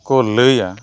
ᱠᱚ ᱞᱟᱹᱭᱟ